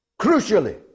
Crucially